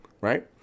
right